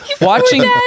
Watching